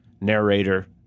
Narrator